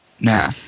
Nah